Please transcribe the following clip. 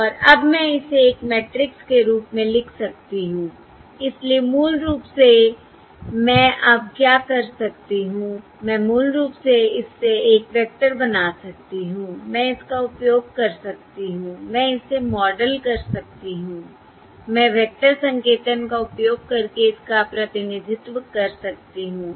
और अब मैं इसे एक मैट्रिक्स के रूप में लिख सकती हूं इसलिए मूल रूप से मैं अब क्या कर सकती हूं मैं मूल रूप से इस से एक वेक्टर बना सकती हूं मैं इसका उपयोग कर सकती हूं मैं इसे मॉडल कर सकती हूं मैं वेक्टर संकेतन का उपयोग करके इसका प्रतिनिधित्व कर सकती हूं